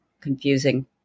confusing